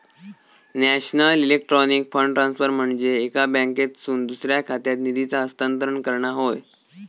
national electronic fund transfer म्हनजे एका बँकेतसून दुसऱ्या खात्यात निधीचा हस्तांतरण करणा होय